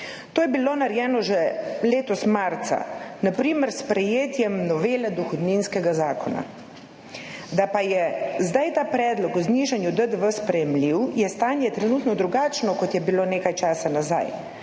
To je bilo narejeno že letos marca, na primer s sprejetjem novele dohodninskega zakona. Da pa je zdaj ta predlog o znižanju DDV sprejemljiv, je stanje trenutno drugačno kot je bilo nekaj časa nazaj.